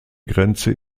grenze